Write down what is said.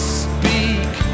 speak